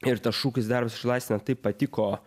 ir tas šūkis darbas išlaisvina taip patiko